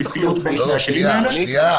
שנייה.